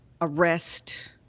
arrest